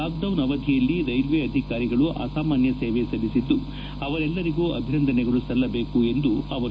lockdown ಅವಧಿಯಲ್ಲಿ railway ಅಧಿಕಾರಿಗಳು ಅಸಮಾನ್ಯ ಸೇವೆ ಸಲ್ಲಿಸಿದ್ದು ಅವರೆಲ್ಲರಿಗೂ ಅಭಿನಂದನೆಗಳು ಸಲ್ಲಬೇಕು ಎಂದರು